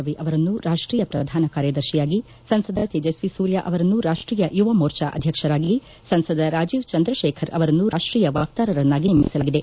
ರವಿ ಅವರನ್ನು ರಾಷ್ಟೀಯ ಪ್ರಧಾನ ಕಾರ್ಯದರ್ಶಿಯಾಗಿ ಸಂಸದ ತೇಜಸ್ವಿ ಸೂರ್ಯ ಅವರನ್ನು ರಾಷ್ಟೀಯ ಯುವಮೋರ್ಚಾ ಅಧ್ಯಕ್ಷರಾಗಿ ಸಂಸದ ರಾಜೀವ್ ಚಂದ್ರಶೇಖರ್ ಅವರನ್ನು ರಾಷ್ಟ್ರೀಯ ವಕ್ತಾರರನ್ನಾಗಿ ನೇಮಿಸಲಾಗಿದೆ